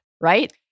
right